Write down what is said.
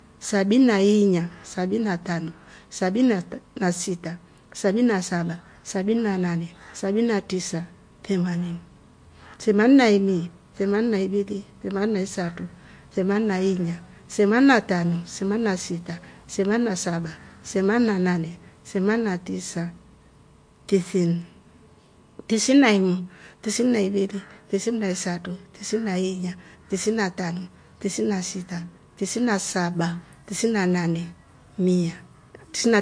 Sabin na inya. sabin na tano. sabin na sita, sabin na saba. sabin na nane. sabin na tisa kermanini. semani na imi. theman na ivili. theman na isatu. theman na inya. seman na tano. seman na sita. seman na saba. seman na nane. seman na tisa tithini. tisin na imu. tisini na ivili. tisini na esatu. tisini na inya. tisini na tano. tisin na sita. tisin na nane. mia. tisina.